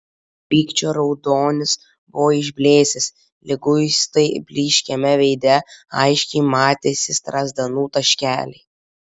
pykčio raudonis buvo išblėsęs liguistai blyškiame veide aiškiai matėsi strazdanų taškeliai